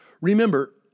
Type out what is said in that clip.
Remember